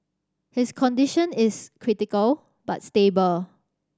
his condition is critical but stable